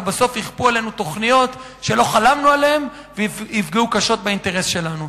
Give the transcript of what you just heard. ובסוף יכפו עלינו תוכניות שלא חלמנו עליהן ויפגעו קשות באינטרס שלנו.